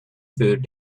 food